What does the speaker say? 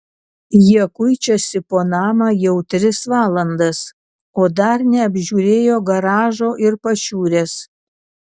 jie kuičiasi po namą jau tris valandas o dar neapžiūrėjo garažo ir pašiūrės